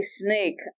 snake